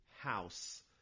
house